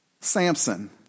Samson